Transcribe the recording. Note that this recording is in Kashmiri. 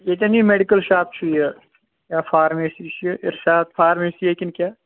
ییٚتیٚن یہِ میٚڈکَل شاپ چھُ یہِ فارمیسی چھِ ارشاد فارمیسی یا کِنہ کیٛاہ